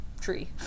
tree